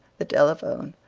the telephone,